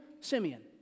Simeon